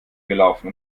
gelaufen